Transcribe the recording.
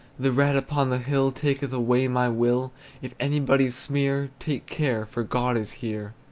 the red upon the hill taketh away my will if anybody sneer, take care, for god is here,